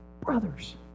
brothers